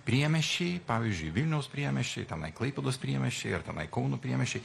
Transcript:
priemiesčiai pavyzdžiui vilniaus priemiesčiai tenai klaipėdos priemiesčiai ar tenai kauno priemiesčiai